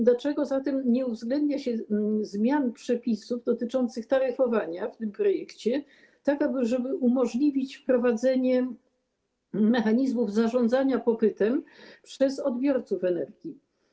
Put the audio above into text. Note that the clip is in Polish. Dlaczego zatem nie uwzględnia się zmian przepisów dotyczących taryfowania w tym projekcie, tak aby umożliwić wprowadzenie mechanizmów zarządzania popytem przez odbiorców energii?